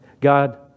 God